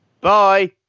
bye